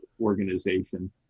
organization